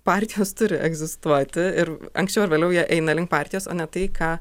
partijos turi egzistuoti ir anksčiau ar vėliau jie eina link partijos o ne tai ką